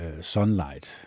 sunlight